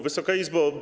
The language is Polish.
Wysoka Izbo!